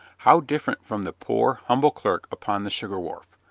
how different from the poor, humble clerk upon the sugar wharf!